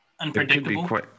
unpredictable